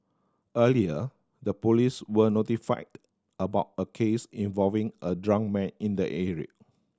earlier the police were notified about a case involving a drunk man in the area